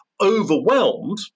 overwhelmed